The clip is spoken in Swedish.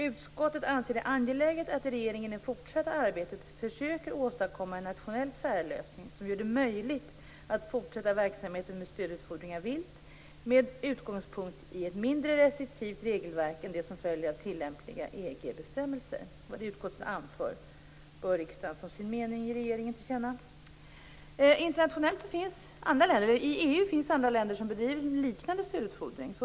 Utskottet anser det angeläget att regeringen i det fortsatta arbetet försöker åstadkomma en nationell särlösning som gör det möjligt att fortsätta verksamheten med stödutfodring av vilt med utgångspunkt i ett mindre restriktivt regelverk än det som följer av tillämpliga EG-bestämmelser. Vad utskottet anfört bör riksdagen som sin mening ge regeringen till känna." I EU finns andra länder som bedriver liknande stödutfodring.